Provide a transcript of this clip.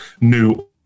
new